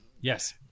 Yes